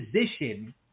position